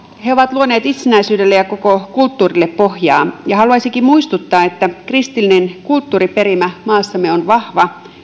he ovat luoneet itsenäisyydelle ja koko kulttuurille pohjaa haluaisinkin muistuttaa että kristillinen kulttuuriperimä maassamme on vahva